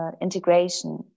integration